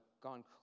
gone